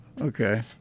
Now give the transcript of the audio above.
Okay